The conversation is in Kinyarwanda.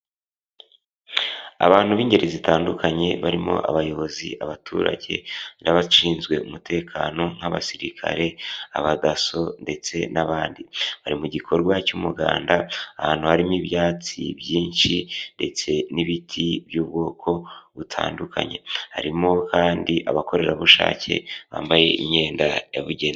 Abantu b'ingeri zitandukanye barimo abayobozi ,abaturage, n'abashinzwe umutekano; nk'abasirikare abadaso, ndetse n'abandi..bari mu gikorwa cy'umuganda, ahantu harimo ibyatsi byinshi ndetse n'ibiti by'ubwoko butandukanye, harimo kandi abakorerabushake bambaye imyenda yabugenewe.